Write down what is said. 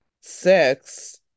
six